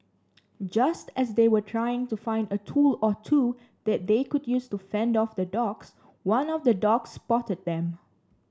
just as they were trying to find a tool or two that they could use to fend off the dogs one of the dogs spotted them